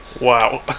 Wow